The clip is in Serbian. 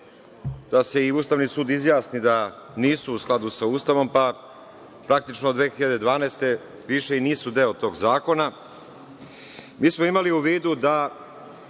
da se i Ustavni sud izjasni da nisu u skladu sa Ustavom, pa praktično 2012. godine više i nisu deo tog zakona. Mi smo imali u vidu da